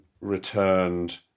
returned